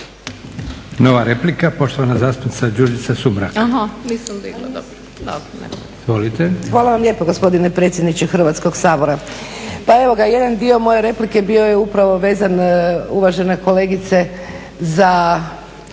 Nova replika poštovana zastupnica Đurđica Sumrak. **Sumrak, Đurđica (HDZ)** Hvala vam lijepo gospodine predsjedniče Hrvatskog sabora. Pa evo ga jedan dio moje replike bio je upravo vezan uvažena kolegice za